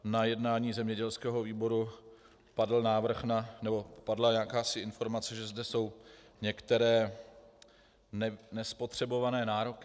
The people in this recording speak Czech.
Na jednání zemědělského výboru padl návrh, nebo padla jakási informace, že zde jsou některé nespotřebované nároky.